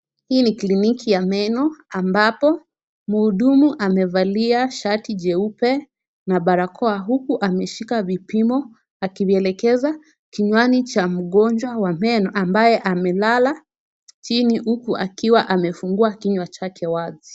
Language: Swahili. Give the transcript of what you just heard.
Hii ni clinic ya meno ambapo muhudumu amevalia shati jeupe na barakoa, huku ameshika vipimo akivielekeza kinywani cha mgonjwa wa meno, ambaye amelala chini, huku akiwa amefungua kinywa chake wazi.